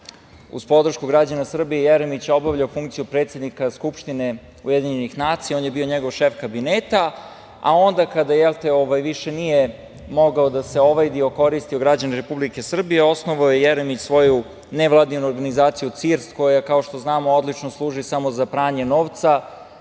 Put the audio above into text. uz podršku građana Srbije, Jeremić obavljao funkciju predsednika Skupštine UN on je bio šef njegovog kabineta. Onda kada više nije mogao da se ovajdi, okoristi o građane Republike Srbije osnovao je Jeremić svoju nevladinu organizaciju „CIRSD“ koja, kao što znamo odlično, služi samo za pranje novca.